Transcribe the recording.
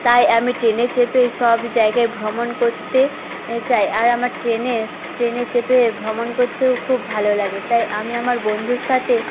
তাই আমি ট্রেনে চেপে সব জেয়গায় ভ্রমণ করতে চাই আর আমার ট্রেনে ট্রেনে চেপে ভ্রমণ করতেও খুব ভালো লাগে তাই আমি আমার বন্ধুর সাথে